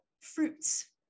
Fruits